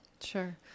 Sure